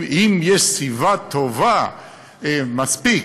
אם יש סיבה טובה מספיק,